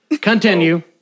Continue